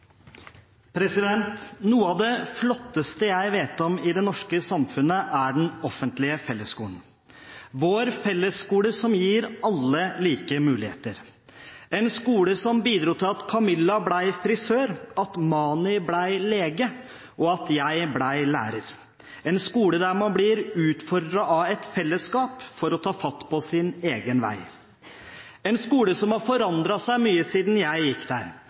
Noe av det flotteste jeg vet om i det norske samfunnet, er den offentlige fellesskolen. Det er vår fellesskole, som gir alle like muligheter. Det er en skole som bidro til at Camilla ble frisør, at Mani ble lege, og at jeg ble lærer. Det er en skole der man blir utfordret av et fellesskap for å ta fatt på sin egen vei. Det er en skole som har forandret seg mye siden jeg gikk der